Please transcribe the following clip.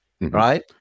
right